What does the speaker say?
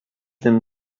tym